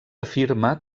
afirma